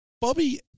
Bobby